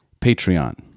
Patreon